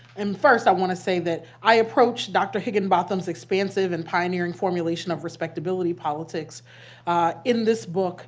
and first, i want to say that i approached dr. higginbotham's expansive and pioneering formulation of respectability politics in this book